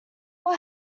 will